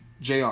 Jr